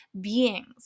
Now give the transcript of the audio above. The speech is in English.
beings